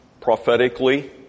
prophetically